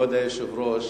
כבוד היושב-ראש,